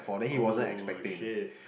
oh shit